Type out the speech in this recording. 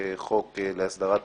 ההחלטה התקבלה.